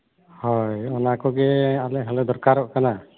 ᱦᱳᱭ ᱚᱱᱟ ᱠᱚᱜᱮ ᱟᱞᱮ ᱦᱚᱸᱞᱮ ᱫᱚᱨᱠᱟᱨᱚᱜ ᱠᱟᱱᱟ